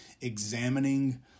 examining